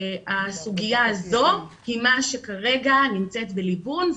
הסוגיה הזו כרגע נמצאת בליבון,